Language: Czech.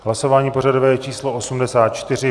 Hlasování pořadové číslo 84.